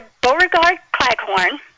Beauregard-Claghorn